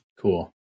cool